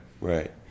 Right